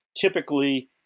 typically